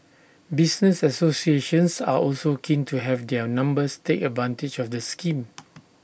business associations are also keen to have their members take advantage of the scheme